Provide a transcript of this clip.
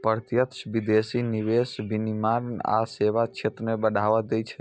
प्रत्यक्ष विदेशी निवेश विनिर्माण आ सेवा क्षेत्र कें बढ़ावा दै छै